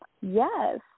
Yes